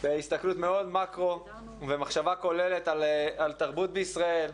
בהסתכלות מאוד מקרו ומחשבה כוללת על תרבות בישראל,